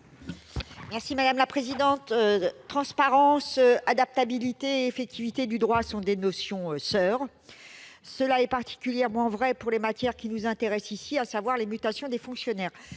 Mme Éliane Assassi. Transparence, adaptabilité et effectivité du droit sont des notions soeurs. C'est particulièrement vrai pour les matières qui nous intéressent ici, à savoir les mutations de fonctionnaires.